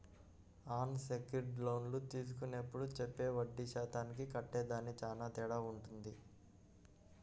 అన్ secured లోన్లు తీసుకునేప్పుడు చెప్పే వడ్డీ శాతానికి కట్టేదానికి చానా తేడా వుంటది